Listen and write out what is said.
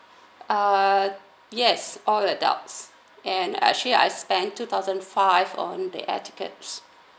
uh yes all adults and actually I spent two thousand five on the air tickets